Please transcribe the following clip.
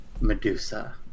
Medusa